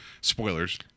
spoilers